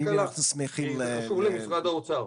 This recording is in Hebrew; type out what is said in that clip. כי זה חשוב למשרד האוצר.